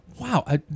Wow